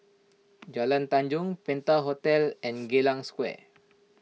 Jalan Tanjong Penta Hotel and Geylang Square